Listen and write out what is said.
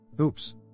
Oops